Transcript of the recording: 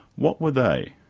what were they?